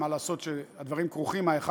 מה לעשות שהדברים כרוכים זה בזה,